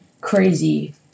Crazy